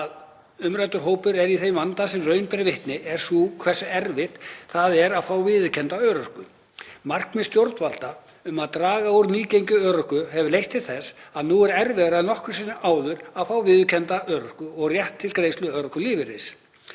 að umræddur hópur er í þeim vanda sem raun ber vitni er sú hversu erfitt það er að fá viðurkennda örorku. Markmið stjórnvalda um að draga úr nýgengi örorku hafa leitt til þess að nú er erfiðara en nokkru sinni áður að fá viðurkennda örorku og rétt til greiðslu örorkulífeyris.